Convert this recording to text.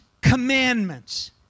commandments